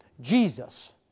Jesus